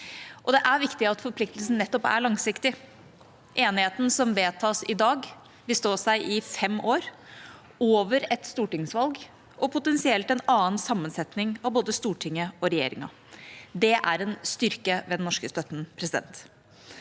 Det er viktig at forpliktelsen nettopp er langsiktig. Enigheten som vedtas i dag, vil stå seg i fem år – over et stortingsvalg og potensielt en annen sammensetning av både Stortinget og regjeringa. Det er en styrke ved den norske støtten. Jeg